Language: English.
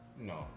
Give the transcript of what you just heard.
No